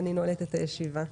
אני נועלת את הישיבה.